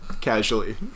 casually